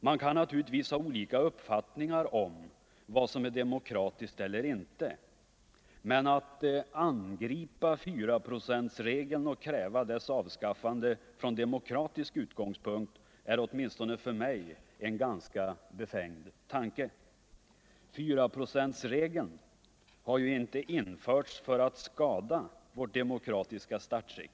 Man kan naturligtvis ha olika uppfattning om vad som är demokratiskt eller inte, men att angripa 4-procentsregeln och kräva dess avskaffande från demokratisk utgångspunkt är åtminstone för mig en ganska befängd tanke. 4-procentsregeln har ju inte införts för att skada vårt demokratiska statsskick.